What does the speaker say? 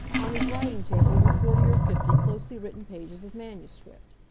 on his writing-table were forty or fifty closely written pages of manuscript.